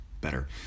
better